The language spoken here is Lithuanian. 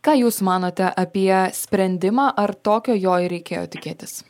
ką jūs manote apie sprendimą ar tokio jo ir reikėjo tikėtis